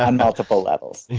ah and multiple levels.